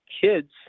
kids